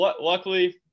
Luckily